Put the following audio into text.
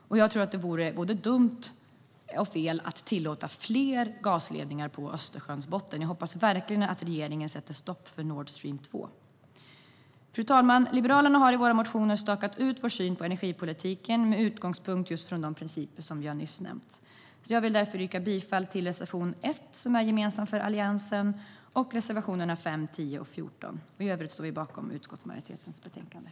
Det vore dumt och fel att tillåta fler gasledningar på Östersjöns botten. Jag hoppas verkligen att regeringen sätter stopp för Nordstream 2. Fru talman! Vi liberaler har i våra motioner stakat ut vår syn på energipolitiken med utgångspunkt från de principer som jag nyss nämnde. Jag vill därför yrka bifall till reservation 1, som är gemensam för Alliansen, och reservationerna 5, 10 och 14. I övrigt står vi bakom utskottsmajoritetens förslag i betänkandet.